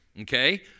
Okay